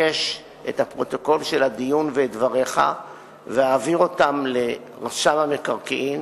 אבקש את הפרוטוקול של הדיון ואעביר את דבריך לרשם המקרקעין,